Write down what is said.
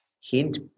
Hint